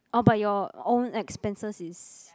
orh but your own expenses is